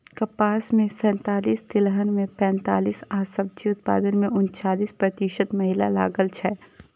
कपास मे सैंतालिस, तिलहन मे पैंतालिस आ सब्जी उत्पादन मे उनचालिस प्रतिशत महिला लागल छै